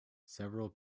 several